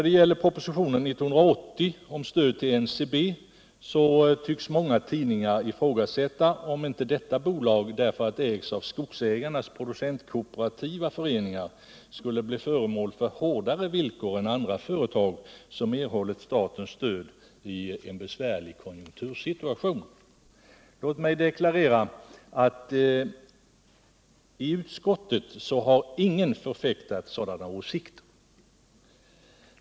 Beträffande propositionen 180 om stöd till NCB tycks många tidningar ifrågasätta om inte detta bolag, därför att det ägs av skogsägarnas producentkooperativa föreningar, skulle bli föremål för hårdare villkor än andra företag som erhållit statens stöd i en besvärlig konjunktursituation. Låt mig emellertid deklarera att ingen i utskottet har förfäktat sådana åsikter.